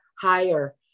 higher